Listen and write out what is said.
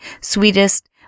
sweetest